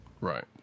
Right